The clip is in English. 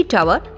Tower